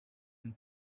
and